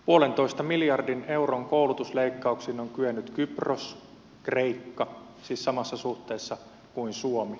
puolentoista miljardin euron koulutusleikkauksiin ovat kyenneet kypros kreikka siis samassa suhteessa kuin suomi